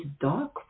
dark